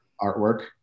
artwork